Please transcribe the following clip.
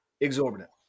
exorbitant